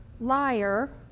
liar